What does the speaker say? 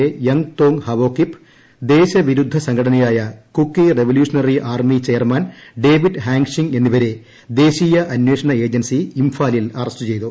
A Yamthong Haokip ദേശവിരുദ്ധ സംഘടനയായ Kuki revolutionary army chairman David Hangshing എന്നിവരെ ദേശീയ അന്വേഷണ ഏജൻസി ഇംഫാല്പിൽ അറസ്റ്റ് ചെയ്തു